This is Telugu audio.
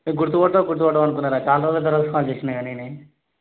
గుర్తుపడ్తావు గుర్తుపట్టవా అనుకున్నానురా చాలా రోజుల తరువాత కాల్ చేశాను కదా నేనే